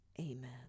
Amen